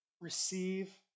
receive